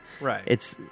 Right